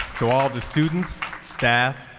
to all of the students, staff,